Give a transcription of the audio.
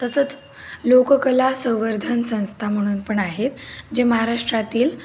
तसंच लोककला संवर्धन संस्था म्हणून पण आहेत जे महाराष्ट्रातील